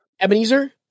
Ebenezer